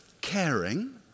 Caring